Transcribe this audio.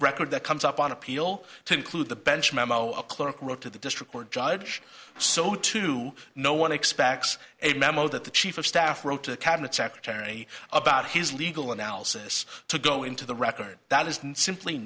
record that comes up on appeal to include the bench memo a clerk wrote to the district court judge so to no one expects a memo that the chief of staff wrote to the cabinet secretary about his legal analysis to go into the record that is simply